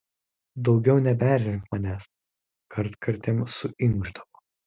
daugiau nebeerzink manęs kartkartėm suinkšdavo